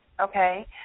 okay